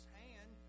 hand